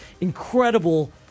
incredible